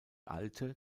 alte